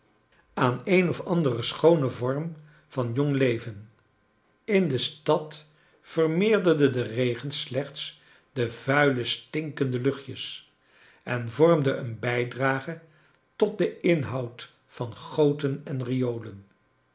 aan een of anderen schoonen vorm van jong leven in de stad vermeerderde de regen slechts de vuile stinkende lucht jes en vormde een bijdrage tot den inhoud van goten en riolen